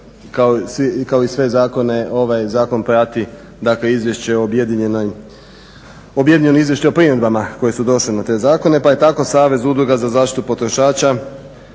Kao i sve zakone, ovaj zakon prati objedinjeno izvješće o primjedbama koje su došle na te zakone pa je tako Savez udruga za zaštitu potrošača